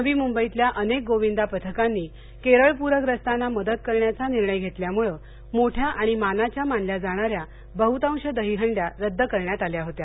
नवी मुंबईतल्या अनेक गोविंदा पथकांनी केरळ प्रग्रस्तांना मदत करण्याचा निर्णय घेतल्यामुळे मोठ्या आणि मानाच्या मानल्या जाणा या बह्तांश दहिहंड्या रद्द करण्यात आल्या होत्या